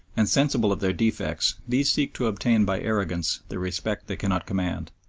and sensible of their defects, these seek to obtain by arrogance the respect they cannot command.